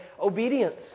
obedience